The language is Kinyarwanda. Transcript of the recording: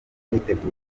imyiteguro